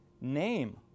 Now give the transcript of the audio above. name